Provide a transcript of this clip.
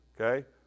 Okay